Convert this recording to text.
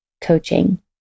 coaching